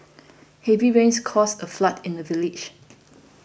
heavy rains caused a flood in the village